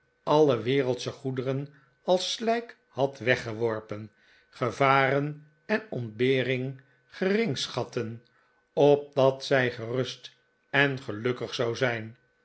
alle wereldsche goederen als slijk had weggeworpen gevaren en ontbering geringschatten opdat zij gerust en gelukkig zou zijn